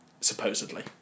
supposedly